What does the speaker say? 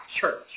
church